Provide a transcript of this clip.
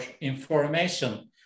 information